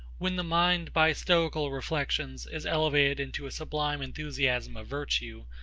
when the mind, by stoical reflections, is elevated into a sublime enthusiasm of virtue,